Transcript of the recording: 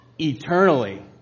eternally